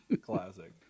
Classic